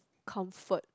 comfort